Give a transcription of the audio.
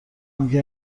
میگه